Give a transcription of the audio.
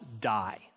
die